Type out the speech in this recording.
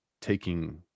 taking